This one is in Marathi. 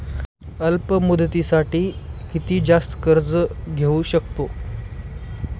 अल्प मुदतीसाठी किती जास्त कर्ज घेऊ शकतो?